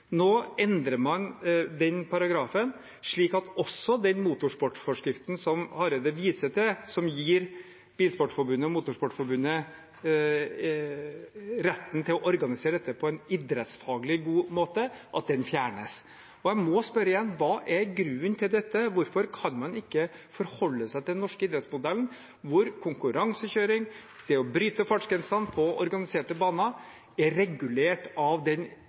Nå endrer man den paragrafen, slik at også den motorsportforskriften som Hareide viser til, som gir Bilsportforbundet og Motorsportforbundet retten til å organisere dette på en idrettsfaglig god måte, fjernes. Jeg må spørre igjen: Hva er grunnen til dette? Hvorfor kan man ikke forholde seg til den norske idrettsmodellen, hvor konkurransekjøring, det å bryte fartsgrensene på organiserte baner, er regulert av den